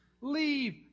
Leave